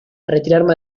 retirarme